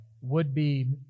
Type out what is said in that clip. would-be